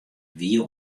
wie